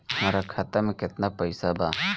हमरा खाता मे केतना पैसा बा?